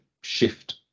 shift